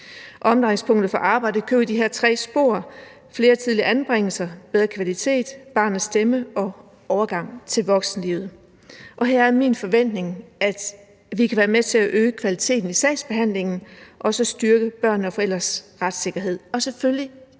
Omdrejningspunktet for arbejdet kører jo i de her tre spor: flere tidlige anbringelser, bedre kvalitet, barnets stemme og overgang til voksenlivet, og her er min forventning, at vi kan være med til at øge kvaliteten i sagsbehandlingen og så styrke børnenes og forældrenes retssikkerhed, og selvfølgelig